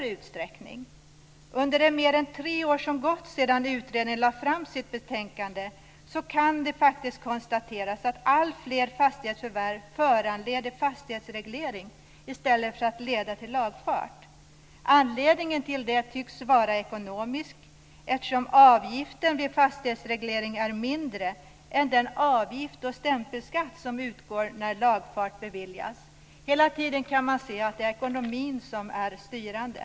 Det kan konstateras att under de mer än tre år som har gått sedan utredningen lade fram sitt betänkande har alltfler fastighetsförvärv föranlett fastighetsreglering i stället för att leda till lagfart. Anledningen till det tycks vara ekonomisk, eftersom avgiften vid fastighetsreglering är mindre än den avgift och den stämpelskatt som tas ut när lagfart beviljas. Man kan hela tiden se att det är ekonomin som är styrande.